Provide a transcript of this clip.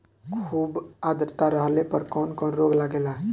खुब आद्रता रहले पर कौन कौन रोग लागेला?